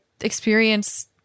experience